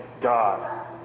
God